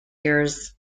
years